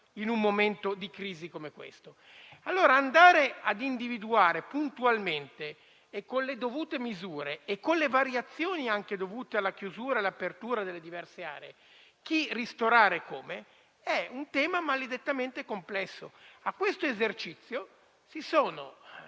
in un momento di crisi come questo. Allora, andare ad individuare puntualmente, con le dovute misure e con le variazioni legate alla chiusura e all'apertura delle diverse aree, chi ristorare e come è un tema maledettamente complesso. Su questo esercizio si sono